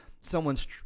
someone's